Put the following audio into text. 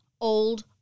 old